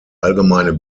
allgemeine